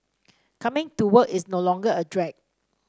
coming to work is no longer a drag